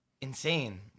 Insane